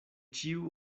ĉiu